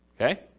okay